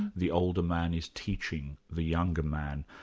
the older man is teaching the younger man,